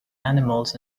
animals